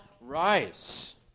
rise